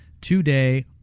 today